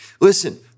listen